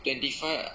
twenty five ah